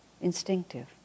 instinctive